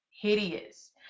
hideous